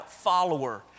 follower